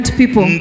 people